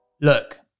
Look